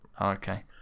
Okay